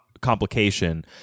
complication